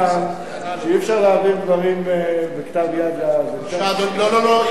אי-אפשר להעביר דברים בכתב יד, לא, לא.